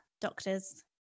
doctors